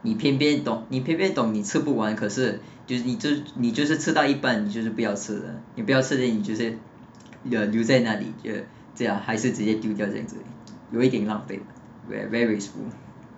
你偏偏懂你偏偏懂你吃不完可是就是你就你就是吃到一半你就是不要吃了你不要吃 then 你就是就要留在那里就这样还是直接丢掉这样子有一点浪费 very very wasteful